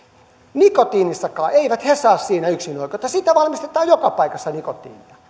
nikotiinistakaan he eivät saa yksinoikeutta nikotiinia valmistetaan joka paikassa